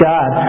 God